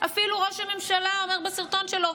אפילו ראש הממשלה אומר בסרטון שלו: